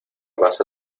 vas